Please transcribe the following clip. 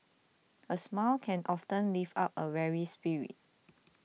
a smile can often lift up a weary spirit